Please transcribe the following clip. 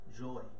joy